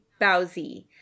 baozi